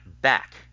back